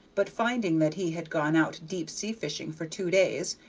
but finding that he had gone out deep-sea fishing for two days,